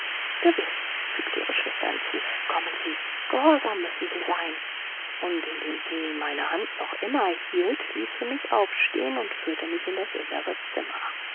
gewiß fügte ihre schwester hinzu kommen sie gehorsam müssen sie sein und indem sie meine hand noch immer hielt ließ sie mich aufstehen und führte mich in das innere zimmer